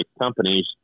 companies